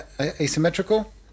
asymmetrical